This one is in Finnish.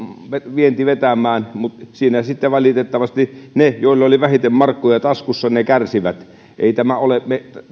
vienti vetämään mutta siinä sitten valitettavasti kärsivät ne joilla oli vähiten markkoja taskussa ei tämä ole